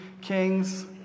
kings